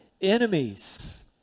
enemies